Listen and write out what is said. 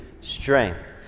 Strength